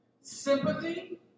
sympathy